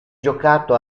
giocato